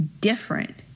different